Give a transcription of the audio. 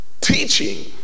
teaching